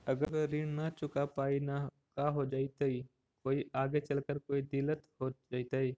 अगर ऋण न चुका पाई न का हो जयती, कोई आगे चलकर कोई दिलत हो जयती?